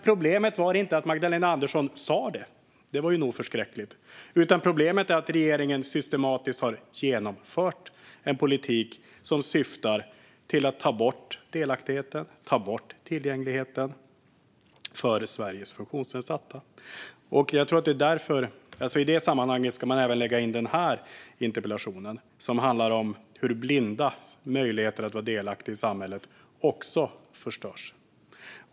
Problemet var inte att Magdalena Andersson sa det, även om det var förskräckligt nog, utan att regeringen systematiskt har genomfört en politik som syftar till att ta bort delaktigheten och tillgängligheten för Sveriges funktionsnedsatta. I det sammanhanget ska man även se den här interpellationen, som handlar om hur de blindas möjligheter att vara delaktiga i samhället också förstörs.